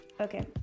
okay